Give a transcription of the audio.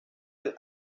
del